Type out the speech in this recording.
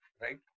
right